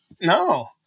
no